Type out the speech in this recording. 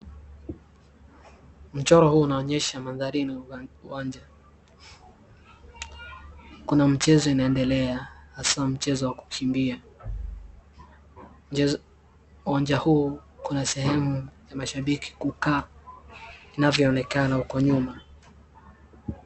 Mchoro huu unaonyesha mandhari na uwanja. Kuna mchezo inaendelea hasa mchezo wa kukimbia. Uwanja huu kuna sehemu ya mashambiki kukaa inavyoonekana uko nyuma